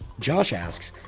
josh asks,